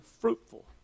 fruitful